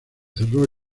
cerró